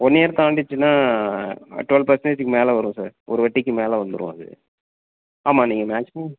one year தாண்டிச்சுன்னா twelve பேர்சன்டேஜுக்கு மேலே வரும் சார் ஒரு வட்டிக்கு மேலே வந்துடும் அது ஆமாம் நீங்கள் மேக்ஸிமம்